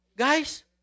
Guys